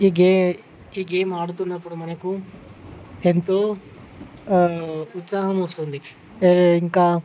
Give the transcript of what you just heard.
ఈ గే ఈ గేమ్ ఆడుతున్నప్పుడు మనకు ఎంతో ఉత్సాహం వస్తుంది ఇంకా